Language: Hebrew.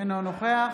אינו נוכח